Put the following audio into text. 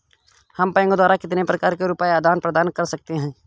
हम बैंक द्वारा कितने प्रकार से रुपये का आदान प्रदान कर सकते हैं?